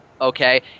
Okay